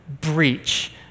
breach